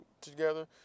together